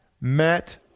Matt